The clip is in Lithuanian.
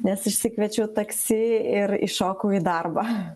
nes išsikviečiau taksi ir įšokau į darbą